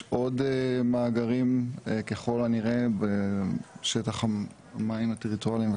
יש עוד מאגרים בשטח המים הטריטוריאליים,